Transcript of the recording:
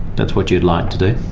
that's what you'd like to do?